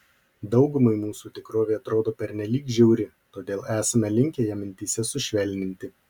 daugumai mūsų tikrovė atrodo pernelyg žiauri todėl esame linkę ją mintyse sušvelninti